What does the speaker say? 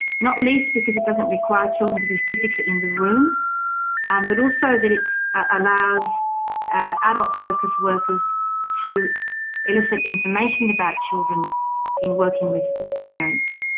not least because it doesn't require children to be physically in the room and but also that it allows adult focused workers to elicit information about children in working with with parents.